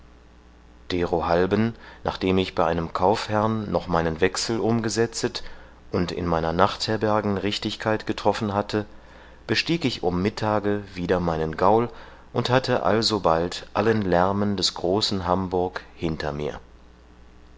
derohalben nachdem ich bei einem kaufherrn noch meinen wechsel umgesetzet und in meiner nachtherbergen richtigkeit getroffen hatte bestieg ich um mittage wieder meinen gaul und hatte allsobald allen lärmen des großen hamburg hinter mir